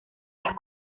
las